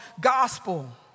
gospel